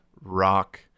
rock